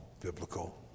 biblical